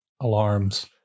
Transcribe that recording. alarms